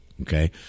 Okay